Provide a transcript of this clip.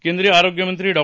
केंद्रीय आरोग्यमंत्री डॉ